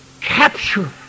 capture